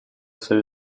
свою